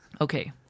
Okay